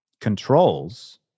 controls